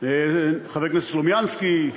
חבר הכנסת סלומינסקי,